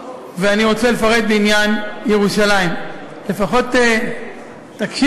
ואני רוצה לפרט בעניין ירושלים, לפחות תקשיבו.